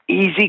Easy